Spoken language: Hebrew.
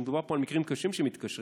ומדובר פה על מקרים קשים כשמתקשרים.